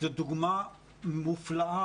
זאת דוגמא מופלאה